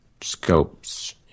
scopes